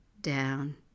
down